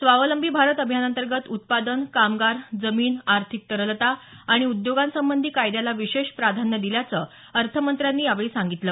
स्वावलंबी भारत अभियानाअंतर्गत उत्पादन कामगार जमिन आर्थिक तरलता आणि उद्योगांसंबंधी कायद्याला विशेष प्रधान्य दिल्याचं अर्थमंत्र्यांनी यावेळी सांगितलं